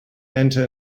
enter